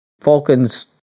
Falcons